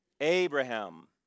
Abraham